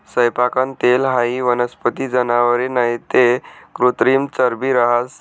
सैयपाकनं तेल हाई वनस्पती, जनावरे नैते कृत्रिम चरबी रहास